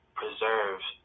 preserves